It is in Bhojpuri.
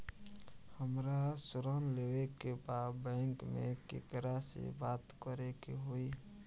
हमरा ऋण लेवे के बा बैंक में केकरा से बात करे के होई?